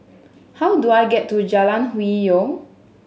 how do I get to Jalan Hwi Yoh